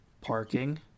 parking